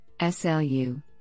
SLU